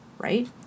Right